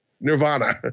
nirvana